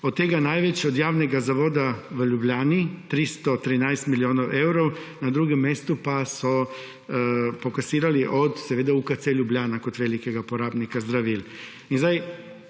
od tega največ od javnega zavoda v Ljubljani, 313 milijonov evrov, na drugem mestu pa so pokasirali od UKC Ljubljana kot velikega uporabnika zdravil. Vsakemu,